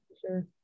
sure